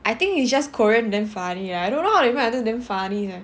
I think it's just korean damn funny lah I don't know how they write until so funny sia